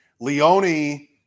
Leone